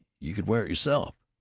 you could wear it yourself!